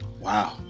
Wow